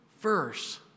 verse